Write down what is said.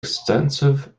extensive